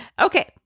Okay